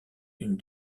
une